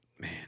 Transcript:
man